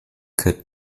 could